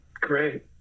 Great